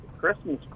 Christmas